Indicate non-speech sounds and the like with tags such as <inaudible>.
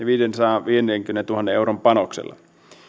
<unintelligible> viidensadanviidenkymmenentuhannen euron panoksella